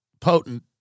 potent